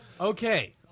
Okay